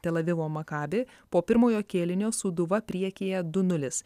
tel avivo maccabi po pirmojo kėlinio sūduva priekyje du nulis